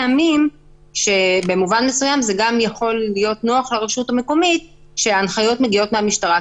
יש פעמים שזה גם יכול להיות נוח לרשות המקומית לקבל הנחיות מהמשטרה.